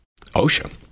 OSHA